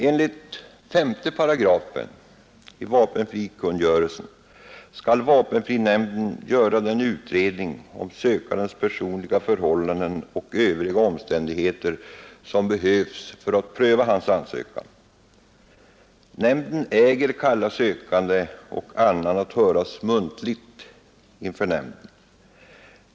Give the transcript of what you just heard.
Enligt 5 § i vapenfrikungörelsen skall vapenfrinämnden göra den utredning om sökandens personliga förhållanden och övriga omständigheter som behövs för att pröva hans ansökan. Nämnden äger kalla sökande och annan att höras muntligen inför nämnden.